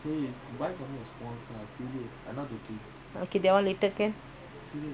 now singapore life is not easy okay